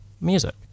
music